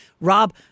Rob